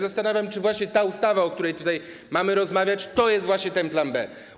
Zastanawiam się, czy ta ustawa, o której tutaj mamy rozmawiać, to jest właśnie ten plan B.